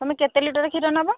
ତୁମେ କେତେ ଲିଟର କ୍ଷୀର ନେବ